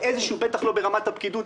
בטח לא ברמת הפקידות,